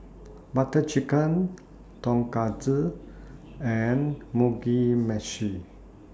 Butter Chicken Tonkatsu and Mugi Meshi